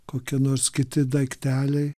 kokie nors kiti daikteliai